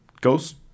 ghost